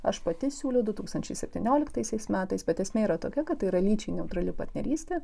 aš pati siūliau du tūkstančiai septynioliktaisiais metais bet esmė yra tokia kad tai yra lyčiai neutrali partnerystė